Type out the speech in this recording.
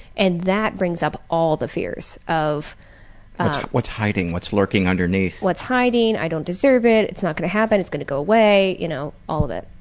and that brings up all the fears of paul what's hiding, what's lurking underneath. what's hiding? i don't deserve it, it's not gonna happen, it's gonna go away, you know, all of it.